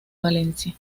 valencia